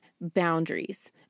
boundaries